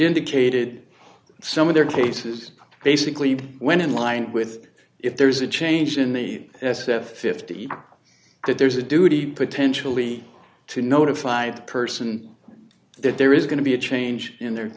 indicated some of their cases basically went in line with if there's a change in the s f fifty that there's a duty potentially to notify the person that there is going to be a change in their